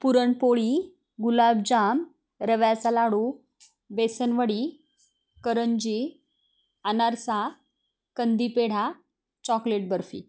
पुरणपोळी गुलाबजाम रव्याचा लाडू बेसनवडी करंजी अनारसा कंदी पेढा चॉकलेट बर्फी